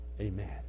Amen